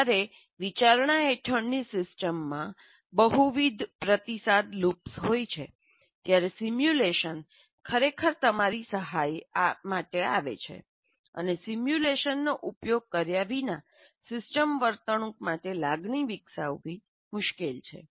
જ્યારે વિચારણા હેઠળની સિસ્ટમમાં બહુવિધ પ્રતિસાદ લૂપ્સ હોય છે ત્યારે સિમ્યુલેશન ખરેખર તમારી સહાય માટે આવે છે અને સિમ્યુલેશનનો ઉપયોગ કર્યા વિના સિસ્ટમ વર્તણૂક માટે લાગણી વિકસાવવી મુશ્કેલ છે